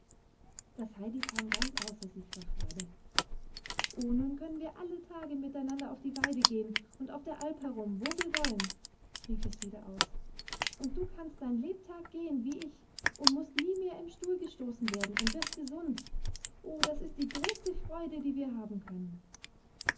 das heidi kam ganz außer sich vor freude oh nun können wir alle tage miteinander auf die weide gehen und auf der alp herum wo wir wollen rief es wieder aus und du kannst dein lebtag gehen wie ich und mußt nie mehr im stuhl gestoßen werden und wirst gesund oh das ist die größte freude die wir haben können